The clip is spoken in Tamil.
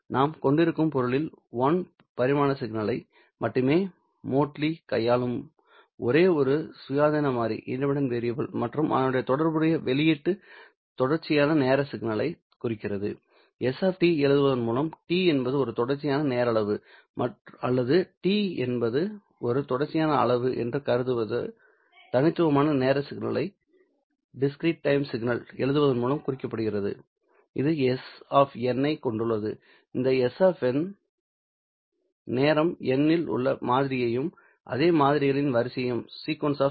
நாம் கொண்டிருக்கும் பொருளில் 1 பரிமாண சிக்னலை மட்டுமே மோட்லி கையாளும் ஒரே ஒரு சுயாதீன மாறி மற்றும் அதனுடன் தொடர்புடைய வெளியீடு தொடர்ச்சியான நேர சிக்னலை குறிக்கிறது s எழுதுவதன் மூலம் t என்பது ஒரு தொடர்ச்சியான நேர அளவு அல்லது t என்பது ஒரு தொடர்ச்சியான அளவு என்று கருதுவது தனித்துவமான நேர சிக்னல் ஐ எழுதுவதன் மூலம் குறிக்கப்படுகிறது இது s ஐக் கொண்டுள்ளது இந்த s நேரம் n இல் உள்ள மாதிரியையும் அதே மாதிரிகளின் வரிசையையும் குறிக்கிறது